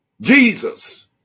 Jesus